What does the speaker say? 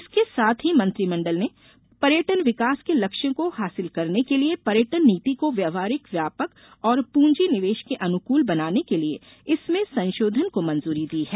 इसके साथ ही मंत्रिमंडल ने पर्यटन विकास के लक्ष्यों को हासिल करने के लिए पर्यटन नीति को व्यवहारिक व्यापक और पूंजी निवेश के अनुकूल बनाने के लिए इसमें संशोधन को मंजूरी दी है